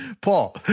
Paul